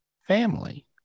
family